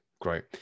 Great